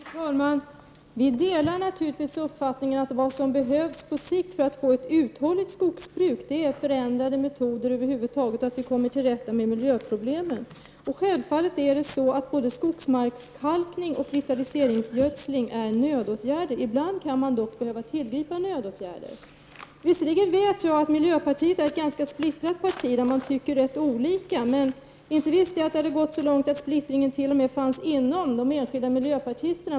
Fru talman! Vi delar naturligtvis uppfattningen att vad som på sikt behövs för att få ett uthålligt skogsbruk är förändrade metoder över huvud taget och att vi kommer till rätta med miljöproblemen. Självfallet är det så att både skogsmarkskalkning och vitaliseringsgödsling är nödåtgärder. Ibland kan man dock behöva tillgripa nödåtgärder. Jag vet visserligen att miljöpartiet är ett ganska splittrat parti där man har rätt olika åsikter, men inte visste jag att det gått så långt att splittringen t.o.m. finns mellan de enskilda miljöpartisterna.